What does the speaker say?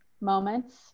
moments